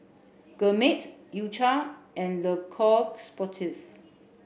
Gourmet U cha and Le Coq Sportif